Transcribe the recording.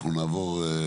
נעבור על